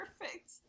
perfect